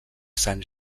sant